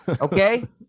okay